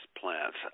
plants